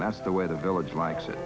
and that's the way the village likes it